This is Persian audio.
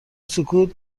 سکوت